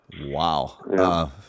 Wow